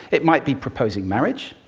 it might be proposing marriage,